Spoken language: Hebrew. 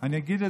אני אגיד